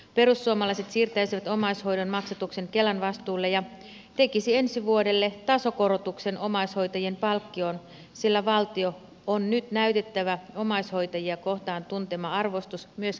perussuomalaiset siirtäisivät omaishoidon maksatuksen kelan vastuulle ja tekisivät ensi vuodelle tasokorotuksen omaishoitajien palkkioon sillä valtion on nyt näytettävä omaishoitajia kohtaan tuntema arvostus myös käytännössä